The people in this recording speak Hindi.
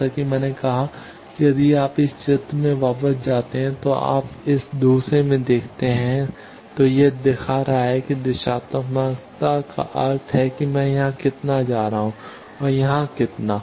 जैसा कि मैंने कहा कि यदि आप इस चित्र में वापस जाते हैं जो आप इस दूसरे में देखते हैं तो यह दिखा रहा है कि दिशात्मकता का अर्थ है कि मैं यहाँ कितना जा रहा हूँ और यहाँ कितना